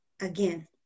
again